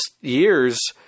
years